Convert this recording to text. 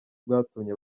bwatumye